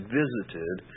visited